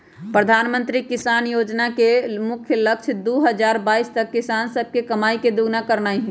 प्रधानमंत्री किसान जोजना के मुख्य लक्ष्य दू हजार बाइस तक किसान सभके कमाइ के दुगुन्ना करनाइ हइ